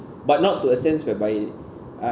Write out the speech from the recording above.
but not to a sense whereby uh